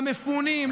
למפונים,